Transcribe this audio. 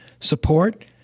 support